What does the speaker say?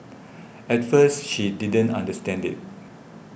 at first she didn't understand it